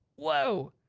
whoa.